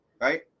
Right